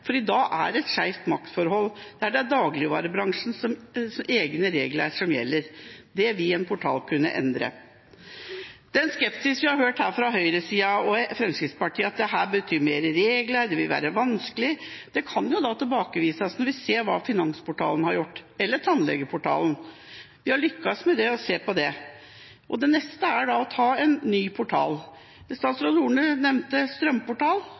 er det et skjevt maktforhold, der det er dagligvarebransjens egne regler som gjelder. Det vil en portal kunne endre. Den skepsis vi har hørt her fra høyresida og fra Fremskrittspartiet, at dette betyr mer regler, at det vil være vanskelig, kan tilbakevises når vi ser hva Finansportalen eller Tannlegeportalen har gjort og lyktes med. Det neste er å etablere en ny portal. Statsråd Horne nevnte strømportal. Ja, dagligvareportal er det neste naturlige. Det er viktig å